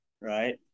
right